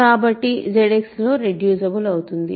కాబట్టి ZX లో reducible అవుతుంది